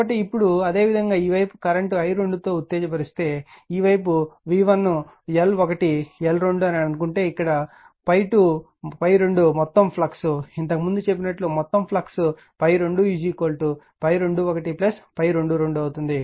కాబట్టి ఇప్పుడు అదేవిధంగా ఈ వైపు కరెంట్ i2 తో ఉత్తేజపరిస్తే మరియు ఈ వైపు v1 L1 L2 అని అనుకుంటే ఇక్కడ కూడా ∅2 మొత్తం ఫ్లక్స్ ఇంతకు ముందు చెప్పనట్లే మొత్తం ఫ్లక్స్∅2 ∅21 ∅22అవుతుంది